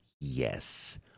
yes